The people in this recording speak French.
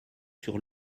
sur